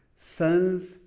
sons